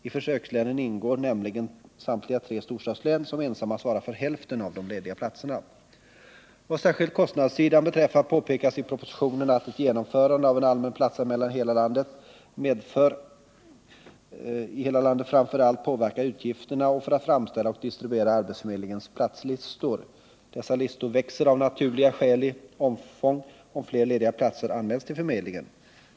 I försökslänen ingår nämligen samtliga tre storstadslän, som ensamma svarar för hälften av de lediga platserna. Vad särskilt kostnadssidan beträffar påpekas i propositionen att ett genomförande av allmän platsanmälan i hela landet framför allt påverkar utgifterna för att framställa och distribuera arbetsförmedlingens platslistor. Dessa listor växer av naturliga skäl i omfång, om fler lediga platser anmäls till förmedlingen.